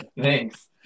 thanks